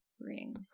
ring